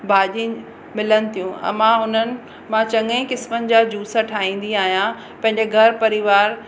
भाॼिनि मिलनि थियूं अ मां हुननि मां चङे ई किस्मनि जा जूस ठाहींदी आहियां पंहिंजे घर परिवार